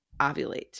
ovulate